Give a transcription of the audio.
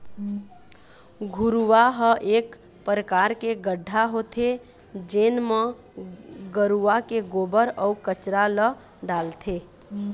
घुरूवा ह एक परकार के गड्ढ़ा होथे जेन म गरूवा के गोबर, अउ कचरा ल डालथे